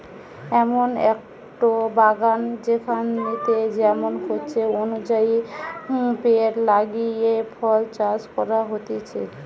এমন একটো বাগান যেখানেতে যেমন ইচ্ছে অনুযায়ী পেড় লাগিয়ে ফল চাষ করা হতিছে